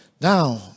Now